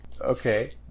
Okay